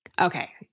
Okay